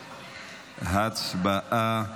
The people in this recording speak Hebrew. הצבעה.